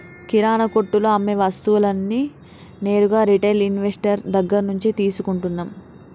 కిరణా కొట్టులో అమ్మే వస్తువులన్నీ నేరుగా రిటైల్ ఇన్వెస్టర్ దగ్గర్నుంచే తీసుకుంటన్నం